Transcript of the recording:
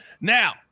Now